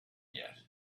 yet